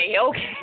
okay